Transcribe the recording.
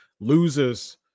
loses